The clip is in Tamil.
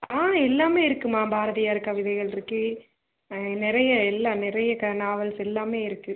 ஆ எல்லாமே இருக்குமா பாரதியார் கவிதைகள் இருக்கு நிறையா எல்லாம் நிறைய நாவல்ஸ் எல்லாமே இருக்கு